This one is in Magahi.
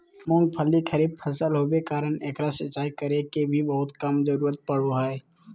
मूंगफली खरीफ फसल होबे कारण एकरा सिंचाई करे के भी बहुत कम जरूरत पड़ो हइ